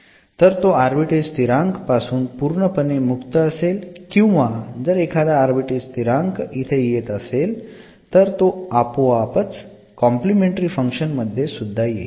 तर तो आर्बिट्ररी स्थिरांक पासून पूर्णपणे मुक्त असेल किंवा जर एखादा आर्बिट्ररी स्थिरांक इथे येत असेल तर तो आपोआप कॉम्प्लिमेंटरी फंक्शन मध्ये सुध्दा येईल